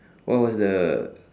what was the